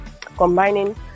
combining